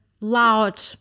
loud